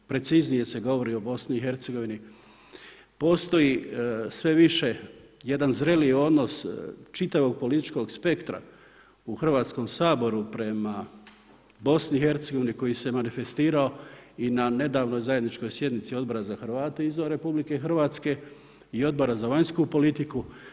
Preciznije se govori o BiH-u, postoji sve više jedan zreliji odnos čitavog političkog spektra u Hrvatskom saboru prema BiH-a koji se manifestirao i na nedavno zajedničkoj sjednici Odbora za Hrvate izvan RH i Odbora za vanjsku politiku.